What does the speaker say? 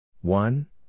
one